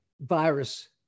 virus